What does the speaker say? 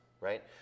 right